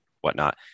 whatnot